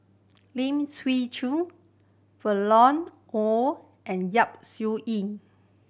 Lim Chwee Chian Violet Oon and Yap Su Yin